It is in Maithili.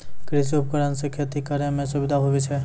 कृषि उपकरण से खेती करै मे सुबिधा हुवै छै